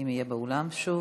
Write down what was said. אם יהיה באולם, שוב.